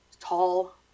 tall